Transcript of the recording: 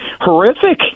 horrific